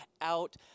out